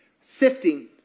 Sifting